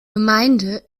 gemeinde